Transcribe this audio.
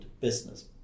business